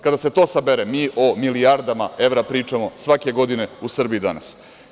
Kada se to sabere, mi o milijardama evra pričamo svake godine u Srbiji danas.